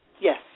Yes